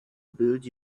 build